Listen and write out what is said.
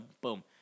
boom